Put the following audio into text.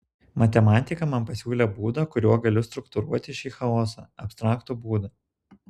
matematika man pasiūlė būdą kuriuo galiu struktūruoti šį chaosą abstraktų būdą